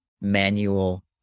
manual